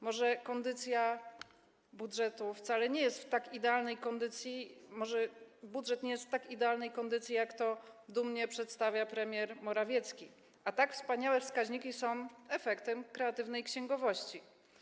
Może kondycja budżetu wcale nie jest tak idealna, może budżet nie jest w tak idealnej kondycji, jak to dumnie przedstawia premier Morawiecki, a tak wspaniałe wskaźniki są efektem kreatywnej księgowości?